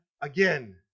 again